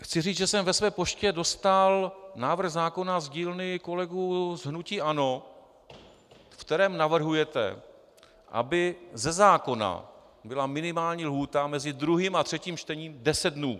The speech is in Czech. Chci říct, že jsem ve své poště dostal návrh zákona z dílny kolegů z hnutí ANO, ve kterém navrhujete, aby ze zákona byla minimální lhůta mezi druhým a třetím čtením 10 dnů.